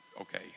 okay